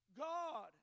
God